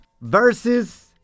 versus